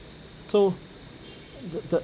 so the the